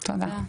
תודה.